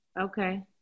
Okay